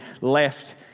left